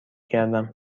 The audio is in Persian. کردم